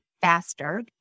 faster